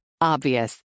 Obvious